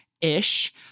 ish